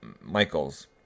Michaels